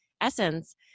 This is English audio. essence